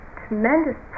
tremendous